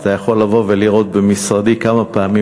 אתה יכול לבוא ולראות במשרדי כמה פעמים